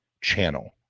channel